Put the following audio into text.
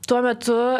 tuo metu